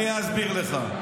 אני אסביר לך.